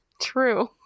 True